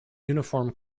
uniform